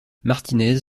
martinez